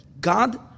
God